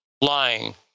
lying